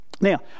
Now